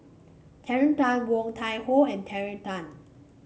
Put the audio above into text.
Terry Tan Woon Tai Ho and Terry Tan